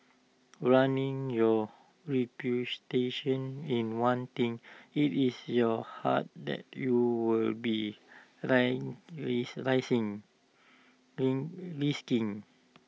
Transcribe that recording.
running your reputation is one thing IT is your heart that you will be dying with risking